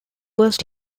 was